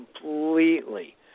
completely